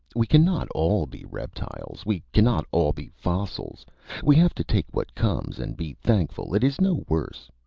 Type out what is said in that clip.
we cannot all be reptiles, we cannot all be fossils we have to take what comes and be thankful it is no worse.